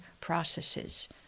processes